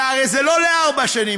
והרי זה לא לארבע שנים.